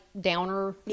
downer